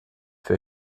für